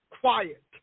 quiet